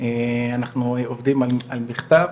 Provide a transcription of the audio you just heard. אנחנו עובדים על מכתב,